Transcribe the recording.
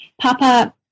Papa